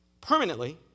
permanently